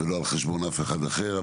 לא על חשבון אף אחד אחר.